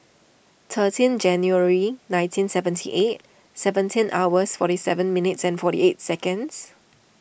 thirteen January nineteen seventy eight seventeen hours forty seven minutes and forty eight seconds